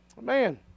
Man